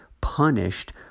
punished